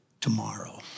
tomorrow